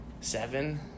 seven